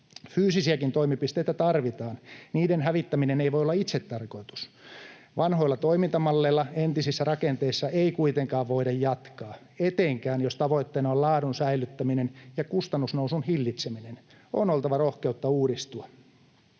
Fyysisiäkin toimipisteitä tarvitaan. Niiden hävittäminen ei voi olla itsetarkoitus. Vanhoilla toimintamalleilla entisissä rakenteissa ei kuitenkaan voida jatkaa etenkään, jos tavoitteena on laadun säilyttäminen ja kustannusnousun hillitseminen. On oltava rohkeutta uudistua.